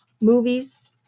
movies